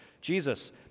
Jesus